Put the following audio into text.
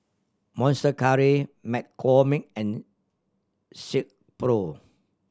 Monster Curry McCormick and Silkpro